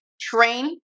Train